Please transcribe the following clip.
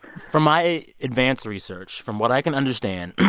from my advanced research, from what i can understand,